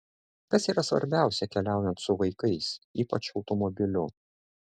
kas yra svarbiausia keliaujant su vaikais ypač automobiliu